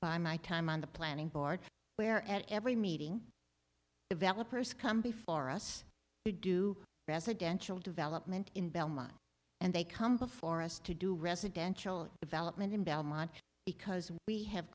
by my time on the planning board where at every meeting developers come before us to do residential development in belmont and they come before us to do residential development in belmont because we have